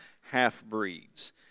half-breeds